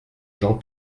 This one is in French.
jean